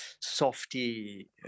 softy